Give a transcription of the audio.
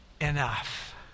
enough